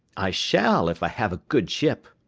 i shall, if i have a good ship.